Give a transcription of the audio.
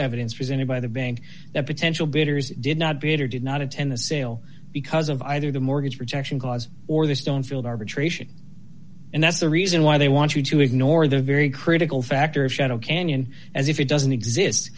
evidence presented by the bank that potential bidders did not bitter did not attend the sale because of either the mortgage protection clause or the stone field arbitration and that's the reason why they want you to ignore the very critical factor of shadow canyon as if it doesn't exist